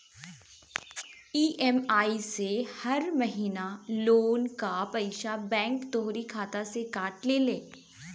EMI से हर महिना लोन कअ पईसा बैंक तोहरी खाता से काट लेले